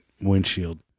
windshield